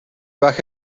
baje